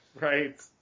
Right